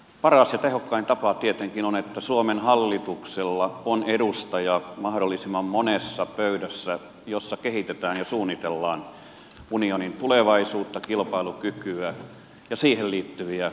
paras ja tehokkain tapa tietenkin on että suomen hallituksella on edustajat mahdollisimman monessa pöydässä missä kehitetään ja suunnitellaan unionin tulevaisuutta kilpailukykyä ja siihen liittyviä asioita